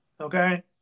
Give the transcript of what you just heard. okay